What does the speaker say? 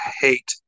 hate